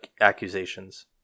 accusations